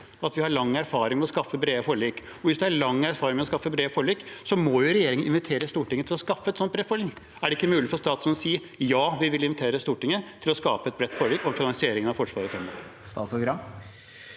– at vi har lang erfaring med å skaffe brede forlik? Hvis vi har lang erfaring med å skaffe brede forlik, må jo regjeringen invitere Stortinget til å skaffe et sånt bredt forlik. Er det ikke mulig for statsråden å si at de vil invitere Stortinget til å skape et bredt forlik om finansiering av Forsvaret fremover?